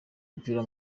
w’umupira